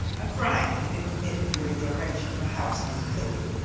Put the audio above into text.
a crime had been committed during the erection of a house he was building,